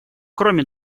кроме